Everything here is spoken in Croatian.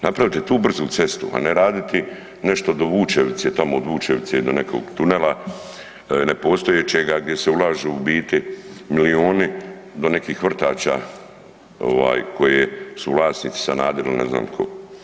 Napravite tu brzu cestu, a ne raditi nešto do Vučevice, tamo od Vučevice do nekog tunela, ne postoje čega gdje se ulažu u biti milijuni, do nekih vrtača koje su vlasnici Sanaderi ili ne tko.